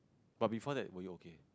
but before that were you okay